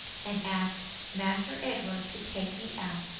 and ask master edward to take me out.